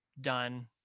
done